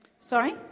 sorry